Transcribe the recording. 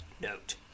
Note